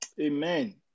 amen